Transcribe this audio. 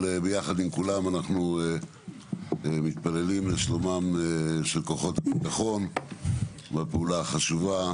אבל ביחד עם כולם אנחנו מתפללים לשלומם של כוחות הביטחון בפעולה החשובה